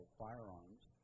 firearms